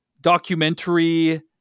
documentary